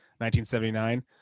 1979